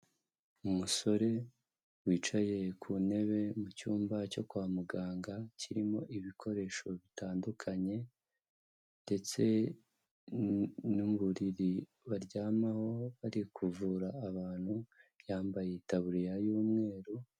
Umusore wicaye ku ntebe mu cyumba cyo kwa muganga kirimo ibikoresho bitandukanye ndetse n'uburiri baryamaho bari kuvura abantu, yambaye itaburiya y'umweru.